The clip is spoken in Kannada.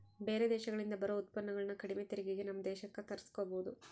ಬೇರೆ ದೇಶಗಳಿಂದ ಬರೊ ಉತ್ಪನ್ನಗುಳನ್ನ ಕಡಿಮೆ ತೆರಿಗೆಗೆ ನಮ್ಮ ದೇಶಕ್ಕ ತರ್ಸಿಕಬೊದು